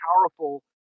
powerful